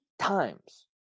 times